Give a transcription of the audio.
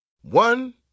One